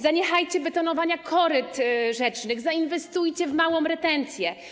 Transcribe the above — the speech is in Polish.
Zaniechajcie betonowania koryt rzecznych, zainwestujcie w małą retencję.